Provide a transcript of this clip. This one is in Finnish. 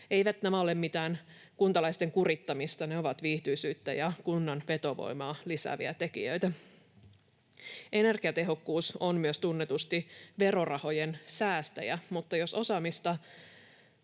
Eivät nämä ole mitään kuntalaisten kurittamista. Ne ovat viihtyisyyttä ja kunnan vetovoimaa lisääviä tekijöitä. Energiatehokkuus on myös tunnetusti verorahojen säästäjä, mutta jos osaamista